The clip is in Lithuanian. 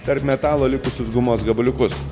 tarp metalo likusius gumos gabaliukus